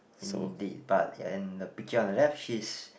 indeed but and the picture on the left she's